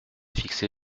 fixé